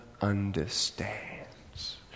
understands